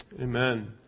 Amen